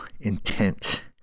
intent